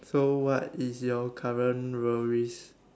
so what is your current worries